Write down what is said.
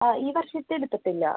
ആ ഈ വർഷത്തെ എടുത്തിട്ടില്ല